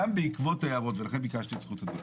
גם בעקבות הערות, ולכן ביקשתי את זכות הדיבור.